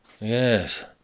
Yes